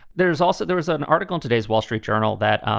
there is also there was an article in today's wall street journal that